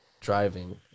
driving